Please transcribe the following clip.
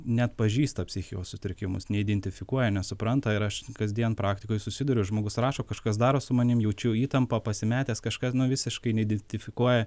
neatpažįsta psichikos sutrikimus neidentifikuoja nesupranta ir aš kasdien praktikoj susiduriu žmogus rašo kažkas daros su manim jaučiu įtampą pasimetęs kažką nu visiškai neidentifikuoja